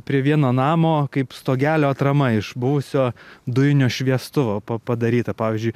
prie vieno namo kaip stogelio atrama iš buvusio dujinio šviestuvo pa padaryta pavyzdžiui